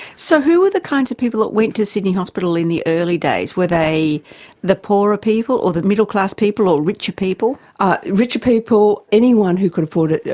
so who were the kinds of people that went to sydney hospital in the early days, were they the poorer people or the middle-class people or richer people? richer people, anyone who could afford it,